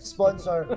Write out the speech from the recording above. Sponsor